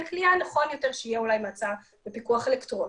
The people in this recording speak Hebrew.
כליאה נכון יותר שיהיה מעצר בפיקוח אלקטרוני.